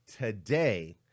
today